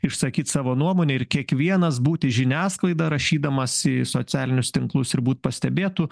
išsakyt savo nuomonę ir kiekvienas būti žiniasklaida rašydamas į socialinius tinklus ir būt pastebėtu